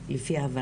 למנכ"ל, לפי הבנתי.